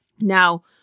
Now